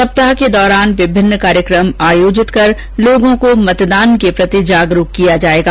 सप्ताह के दौरान विभिन्न कार्यक्रम आयोजित कर लोगों को मतदान के प्रति जागरूक किया जयेगा